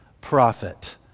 prophet